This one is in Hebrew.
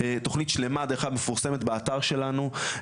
תוכנית שלמה דרך אגב מפורסמת באתר שלנו,